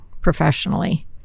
professionally